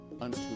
unto